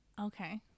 Okay